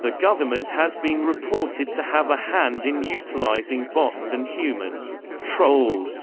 the government has been reported to have a hand in utilizing bots and human trolls